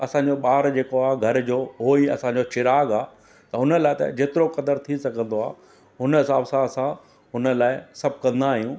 असांजो ॿारु जेको आहे घर जो होई असांजो चिराग़ु आहे त हुन लाइ त जेतिरो क़दरु थी सघंदो आहे हुन हिसाब सां असां हुन लाइ सभु कंदा आहियूं